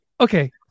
okay